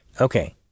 Okay